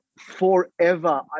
forever